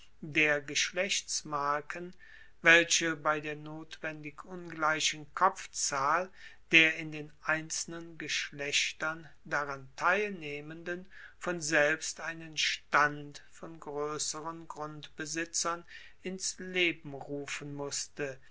der geschlechtsmarken welche bei der notwendig ungleichen kopfzahl der in den einzelnen geschlechtern daran teilnehmenden von selbst einen stand von groesseren grundbesitzern ins leben rufen musste